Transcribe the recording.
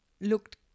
looked